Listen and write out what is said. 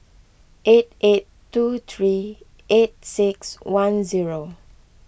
eight eight two three eight six one zero